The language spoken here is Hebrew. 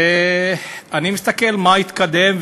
ואני מסתכל מה התקדם,